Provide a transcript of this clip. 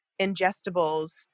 ingestibles